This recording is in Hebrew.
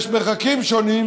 יש מרחקים שונים,